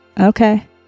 Okay